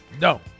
No